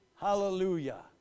Hallelujah